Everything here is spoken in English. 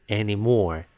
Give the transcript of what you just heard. ,anymore